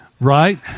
Right